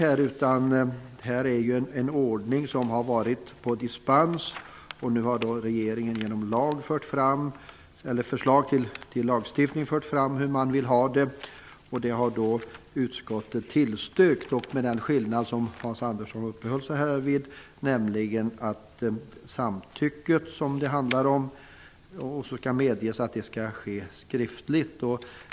Här är det en ordning med dispens. Nu har regeringen genom förslag fört fram hur man vill ha det. Det har utskottet tillstyrkt med den skillnad som Hans Andersson uppehöll sig vid, nämligen att samtycket skall medges skriftligt.